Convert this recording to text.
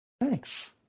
Thanks